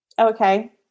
Okay